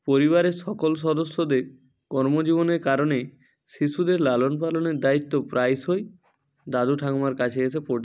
পরিবারের সকল সদস্যদের কর্মজীবনের কারণেই শিশুদের লালনপালনের দায়িত্ব প্রায়শই দাদু ঠাকুরমার কাছে এসে পড়ছে